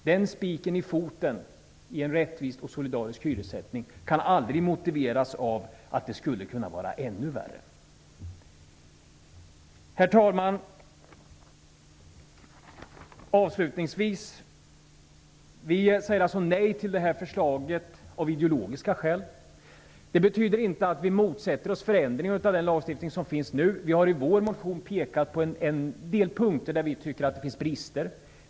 Den spiken i foten för en rättvis och solidarisk hyressättning kan aldrig motiveras med att det skulle kunna vara ännu värre. Avslutningsvis, herr talman: Vi säger alltså nej till det här förslaget av ideologiska skäl. Det betyder inte att vi motsätter oss förändring av nuvarande lagstiftning. Vi har i vår motion pekat på en del punkter där vi tycker att den har brister.